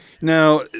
Now